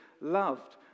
loved